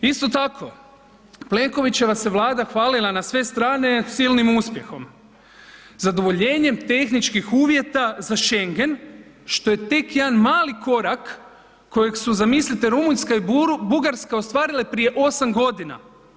Isto tako Plenkovićeva se Vlada hvalila na sve strane silnim uspjehom zadovoljenjem tehničkih uvjeta za Schengen što je tek jedan mali koraka kojeg su zamislite Rumunjska i Bugarska ostvarile prije 8 godina.